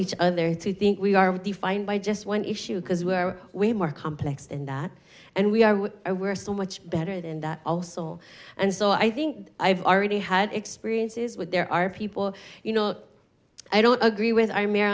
each other to think we are defined by just one issue because where we are more complex than that and we are we're so much better than that also and so i think i've already had experiences with there are people you know i don't agree with